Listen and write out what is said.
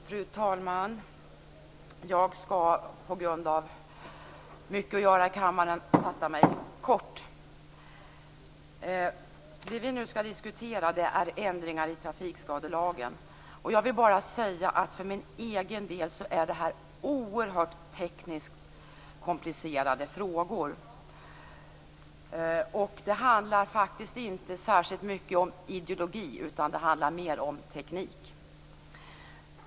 Fru talman! Jag skall på grund av att det är mycket att göra i kammaren fatta mig kort. Det vi nu skall diskutera är ändringar i trafikskadelagen. Jag vill bara säga att för min egen del är det här oerhört tekniskt komplicerade frågor. Det handlar faktiskt inte särskilt mycket om ideologi utan mer om teknik.